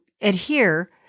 adhere